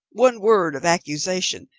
one word of accusation,